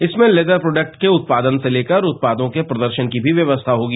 इसमें leather product के उत्पादन से लेकर उत्पादो के प्रदर्शन की भी व्यवस्था होगी